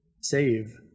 save